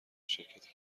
شرکتی